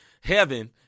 heaven